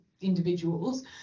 individuals